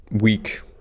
week